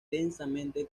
densamente